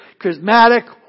charismatic